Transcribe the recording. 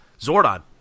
Zordon